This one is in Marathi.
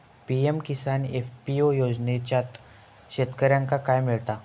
पी.एम किसान एफ.पी.ओ योजनाच्यात शेतकऱ्यांका काय मिळता?